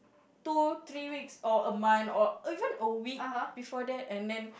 two three weeks or a month or even a week before that and then